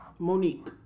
Monique